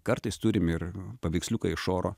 kartais turim ir paveiksliuką iš oro